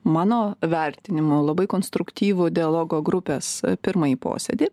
mano vertinimu labai konstruktyvų dialogo grupės pirmąjį posėdį